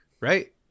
right